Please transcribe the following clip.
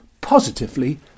positively